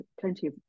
plenty